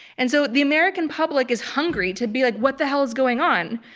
and so the american public is hungry to be like, what the hell is going on?